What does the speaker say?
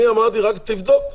אני אמרתי רק: תבדוק.